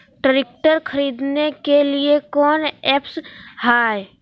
Tractor खरीदने के लिए कौन ऐप्स हाय?